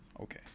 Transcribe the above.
Okay